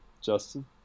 justin